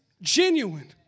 Genuine